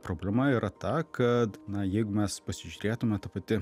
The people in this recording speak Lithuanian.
problema yra ta kad na jeigu mes pasižiūrėtume ta pati